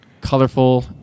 colorful